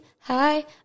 Hi